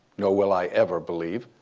nor will i ever believe,